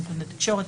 נתוני תקשורת),